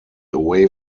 away